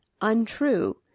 untrue